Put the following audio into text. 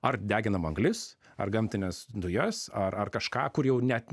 ar deginam anglis ar gamtines dujas ar ar kažką kur jau net